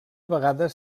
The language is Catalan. vegades